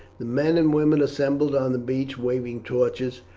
the men and women assembled on the beach waving torches,